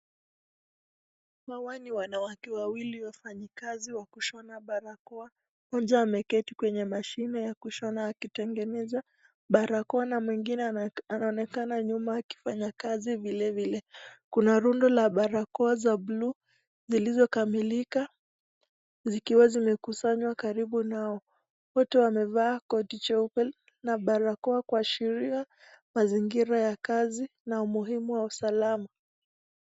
Hawa ni wanawake wawili wafanyi kazi wa kushona barakoa. Moja ameketi kwenye mashini ya kushona akitengeneza barakoa na mwingine anaonekana nyuma akifanya kazi vilevile. Kuna rundo la barakoa za buluu zilizokamilika zikiwa zimekusanywa karibu nao. Wote wamevaa koti jeupe na barakoa kuashiria mazingira ya kazi na umuhimu wa usalama.